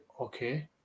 okay